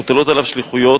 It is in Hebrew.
מוטלות עליו שליחויות,